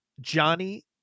Johnny